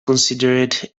considered